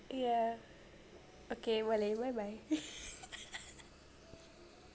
ya okay boleh bye bye